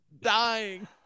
dying